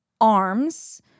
arms